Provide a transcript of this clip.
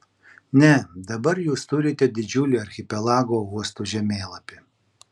ne dabar jūs turite didžiulį archipelago uostų žemėlapį